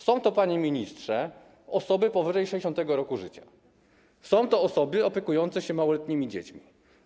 Są to, panie ministrze, osoby powyżej 60. roku życia, są to osoby opiekujące się małoletnimi dziećmi.